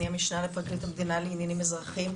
המשנה לפרקליט המדינה לעניינים אזרחיים.